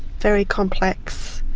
very complex,